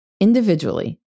individually